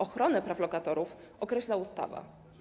Ochronę praw lokatorów określa ustawa.